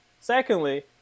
Secondly